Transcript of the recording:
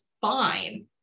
fine